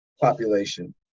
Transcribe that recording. population